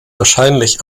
wahrscheinlich